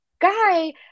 guy